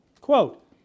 Quote